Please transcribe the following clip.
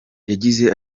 yagize